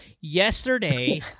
Yesterday